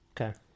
Okay